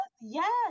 Yes